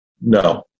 No